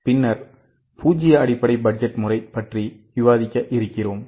பின்னர் பூஜ்ஜிய அடிப்படை பட்ஜெட் முறை பற்றி விவாதிக்க இருக்கிறோம்